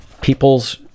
people's